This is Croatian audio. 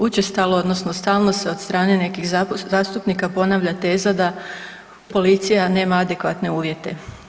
Učestalo odnosno stalno od strane nekih zastupnika ponavlja teza da policija nema adekvatne uvjete.